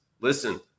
listen